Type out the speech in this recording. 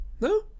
No